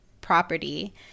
property